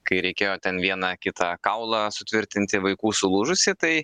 kai reikėjo ten vieną kitą kaulą sutvirtinti vaikų sulūžusį tai